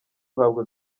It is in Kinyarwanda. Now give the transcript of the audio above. uhabwa